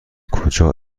کجا